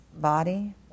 body